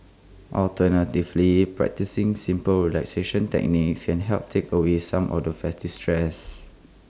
alternatively practising simple relaxation techniques can help take away some of the festive stress